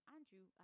Andrew